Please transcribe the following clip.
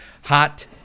Hot